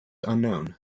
unknown